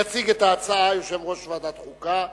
יציג את ההצעה יושב-ראש ועדת חוקה,